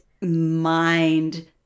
mind